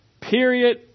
period